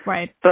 Right